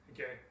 Okay